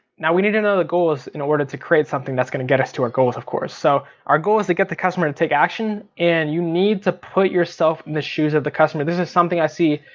now we need to know the goals in order to create something that's gonna get us to our goals of course. so our goal is to get the customer take action. and you need to put yourself in the shoes of the customer. this is something i see,